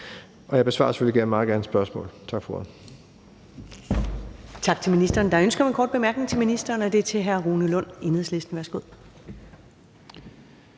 jeg besvarer selvfølgelig meget gerne spørgsmål. Tak for ordet.